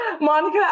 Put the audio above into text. Monica